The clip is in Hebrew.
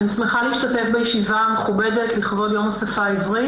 אני שמחה להשתתף בישיבה המכובדת לכבוד יום השפה העברית.